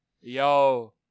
Yo